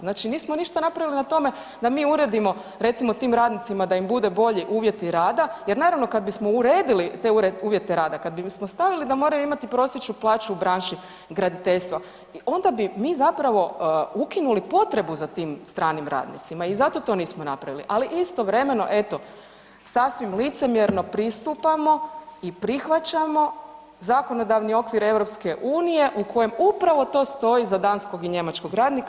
Znači nismo ništa napravili na tome da mi uredimo recimo tim radnicima da im budu bolji uvjeti rada, jer naravno kad bismo uredili te uvjete rada, kad bismo stavili da moraju imati prosječnu plaću u branši graditeljstva onda bi mi zapravo ukinuli potrebu za tim stranim radnicima i zato to nismo napravili, ali istovremeno eto sasvim licemjerno pristupamo i prihvaćamo zakonodavni okvir EU u kojem upravo to stoji za danskog i njemačkog radnika.